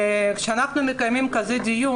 כשאנחנו מקיימים דיון כזה,